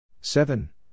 Seven